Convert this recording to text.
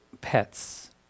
pets